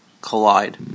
collide